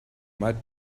might